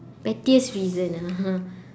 pettiest reason ah